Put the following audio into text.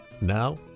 Now